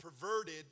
perverted